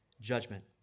judgment